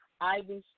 Ivy